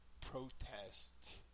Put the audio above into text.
protest